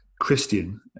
Christian